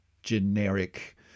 Generic